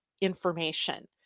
information